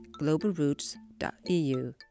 globalroots.eu